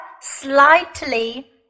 slightly